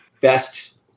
best